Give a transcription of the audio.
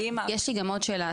יש לי גם עוד שאלה.